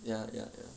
ya ya ya